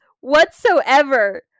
whatsoever